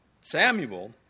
Samuel